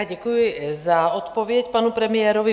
Děkuji za odpověď panu premiérovi.